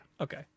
Okay